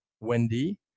Wendy